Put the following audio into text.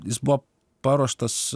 jis buvo paruoštas